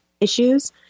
issues